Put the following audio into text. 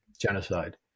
genocide